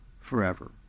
forever